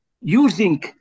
using